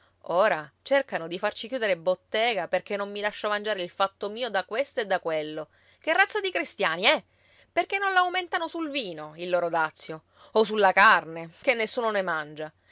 ora cercano di farci chiudere bottega perché non mi lascio mangiare il fatto mio da questo e da quello che razza di cristiani eh perché non l'aumentano sul vino il loro dazio o sulla carne che nessuno ne mangia